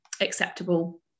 acceptable